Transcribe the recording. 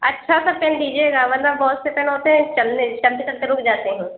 اچھا سا پین دیجیے گا ورنہ بہت سے پین ہوتے ہیں چلنے چلتے چلتے رک جاتے ہیں